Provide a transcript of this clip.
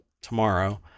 tomorrow